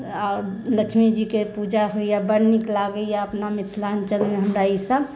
आओर लक्ष्मीजीके पूजा होइया बड्ड नीक लागैया अपना मिथिलाञ्चलमे हमरा ई सभ